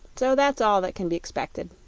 so that's all that can be xpected.